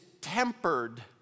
tempered